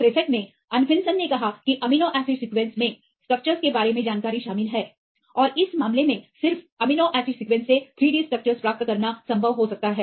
1963 में अनफिन्सन ने कहा कि अमीनो एसिड सीक्वेंस में स्ट्रक्चर्स के बारे में जानकारी शामिल है और इस मामले में सिर्फ एमिनो एसिड सीक्वेंस से 3D स्ट्रक्चर्स प्राप्त करना संभव हो सकता है